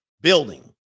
building